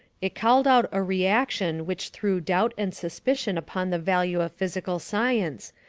it called out a reaction which threw doubt and suspicion upon the value of physical science,